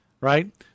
Right